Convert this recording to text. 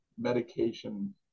medication